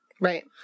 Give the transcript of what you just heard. Right